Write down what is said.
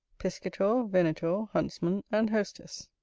piscator, venator, huntsman, and hostess